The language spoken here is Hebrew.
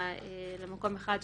למקום אחד,